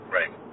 Right